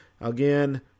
again